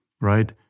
right